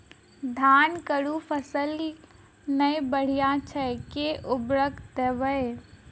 धान कऽ फसल नै बढ़य छै केँ उर्वरक देबै?